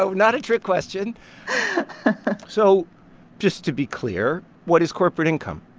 so not a trick question so just to be clear, what is corporate income?